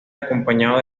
acompañado